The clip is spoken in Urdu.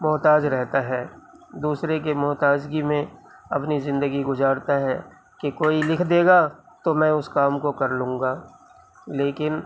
محتاج رہتا ہے دوسرے کے محتاجگی میں اپنی زندگی گزارتا ہے کہ کوئی لکھ دے گا تو میں اس کام کو کر لوں گا لیکن